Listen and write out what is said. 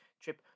trip